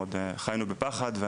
מאוד חיינו בפחד,